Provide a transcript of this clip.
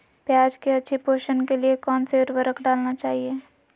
प्याज की अच्छी पोषण के लिए कौन सी उर्वरक डालना चाइए?